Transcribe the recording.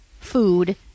food